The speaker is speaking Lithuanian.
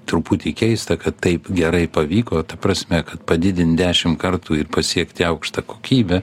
truputį keista kad taip gerai pavyko ta prasme kad padidint dešim kartų ir pasiekti aukštą kokybę